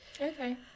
Okay